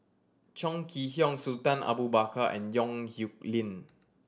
Chong Kee Hiong Sultan Abu Bakar and Yong Nyuk Lin